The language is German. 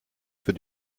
für